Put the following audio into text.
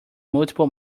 multiple